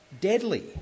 deadly